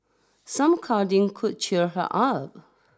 some cuddling could cheer her up